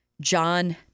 John